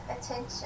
attention